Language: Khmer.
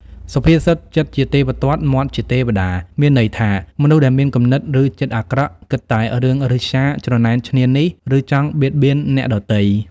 សុភាសិត "ចិត្តជាទេវទត្ត មាត់ជាទេវតា" មានន័យថា មនុស្សដែលមានគំនិត ឬចិត្តអាក្រក់ គិតតែរឿងឫស្យា ច្រណែនឈ្នានីស ឬចង់បៀតបៀនអ្នកដទៃ។